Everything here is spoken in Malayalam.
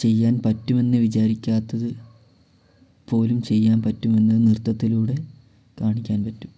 ചെയ്യാൻ പറ്റുമെന്ന് വിചാരിക്കാത്തത് പോലും ചെയ്യാൻ പറ്റുമെന്ന് നൃത്തത്തിലൂടെ കാണിക്കാൻ പറ്റും